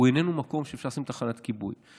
איננו מקום שאפשר לשים בו תחנת כיבוי.